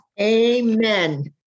Amen